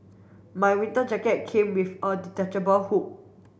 my winter jacket came with a detachable hood